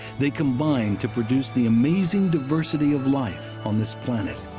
they combine to produce the amazing diversity of life on this planet.